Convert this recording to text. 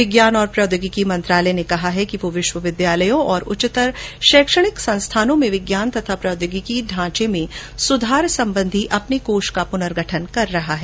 विज्ञान और प्रौद्योगिकी मंत्रालय ने कहा है कि वह विश्वविद्यालयों और उच्चतर शैक्षणिक संस्थानों में विज्ञान तथा प्रौद्योगिकी ढांचे में सुधार संबंधी अपने कोष का पुनर्गठन कर रहा है